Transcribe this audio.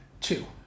two